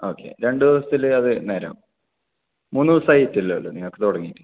okay രണ്ടു ദിവസത്തിൽ അത് നേരെയാകും മൂന്നു ദിവസമായിട്ടല്ലേ ഉള്ളൂ നിങ്ങൾക്ക് തുടങ്ങിയിട്ട്